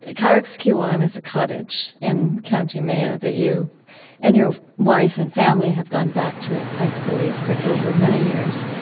carrigskeewaun is a cottage in county mayo that you and your wife and family have gone back to it, i believe, for over many years.